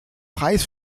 preis